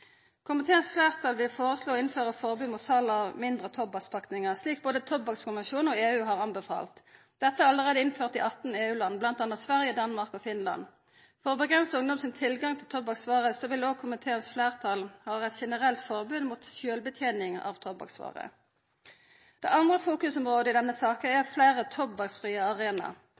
Komiteens fleirtal vil foreslå å innføra forbod mot sal av mindre tobakkspakningar, slik både tobakkskonvensjonen og EU har tilrådd. Dette er allereie innført i 18 EU-land, bl.a. i Sverige, Danmark og Finland. For å avgrensa ungdom sin tilgang til tobakksvarer vil òg komiteens fleirtal ha eit generelt forbod mot sjølvbetening av tobakksvarer. Verdas helseorganisasjon si evaluering av tobakksarbeidet i Noreg har anbefalt oss å innføra heilt røykfrie arbeidslokale. Derfor blir det